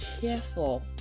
careful